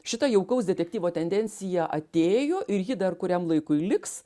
šita jaukaus detektyvo tendencija atėjo ir ji dar kuriam laikui liks